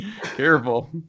Careful